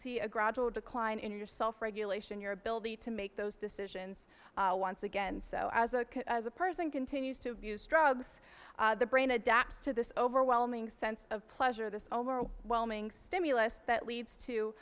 see a gradual decline in your self regulation your ability to make those decisions once again so as a as a person continues to abuse drugs the brain adapts to this overwhelming sense of pleasure this all moral whelming stimulus that leads to